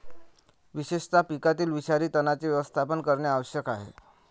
विशेषतः पिकातील विषारी तणांचे व्यवस्थापन करणे आवश्यक आहे